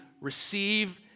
receive